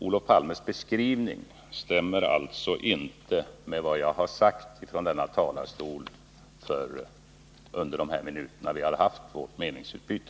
Olof Palmes beskrivning stämmer alltså inte med vad jag har sagt från denna talarstol under de här minuterna då vi har haft vårt meningsutbyte.